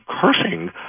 cursing